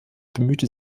bemühte